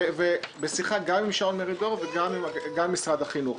בשיחה עם שאול מרידור וגם עם משרד החינוך.